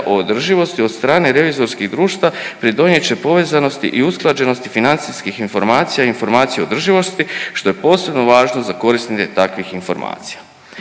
o održivosti od strane revizorskih društava pridonijet će povezanosti i usklađenosti financijskih informacija i informacija o održivosti, što je posebno važno za korisnike takvih informacija.